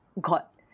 got